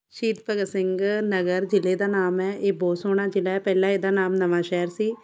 ਸ਼ਹੀਦ ਭਗਤ ਸਿੰਘ ਨਗਰ ਜ਼ਿਲ੍ਹੇ ਦਾ ਨਾਮ ਹੈ ਇਹ ਬਹੁਤ ਸੋਹਣਾ ਜ਼ਿਲ੍ਹਾ ਹੈ ਪਹਿਲਾਂ ਇਹਦਾ ਨਾਮ ਨਵਾਂਸ਼ਹਿਰ ਸੀ